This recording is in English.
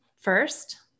first